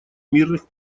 мирных